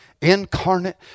incarnate